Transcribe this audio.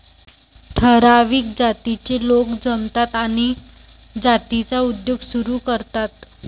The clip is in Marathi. ठराविक जातीचे लोक जमतात आणि जातीचा उद्योग सुरू करतात